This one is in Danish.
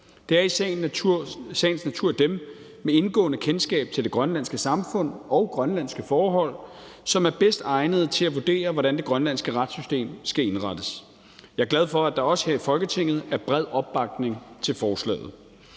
Det er i sagens natur dem med indgående kendskab til det grønlandske samfund og grønlandske forhold, som er bedst egnede til at vurdere, hvordan det grønlandske retssystem skal indrettes. Jeg er glad for, at der også her i Folketinget er bred opbakning til forslaget.